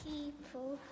People